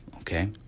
Okay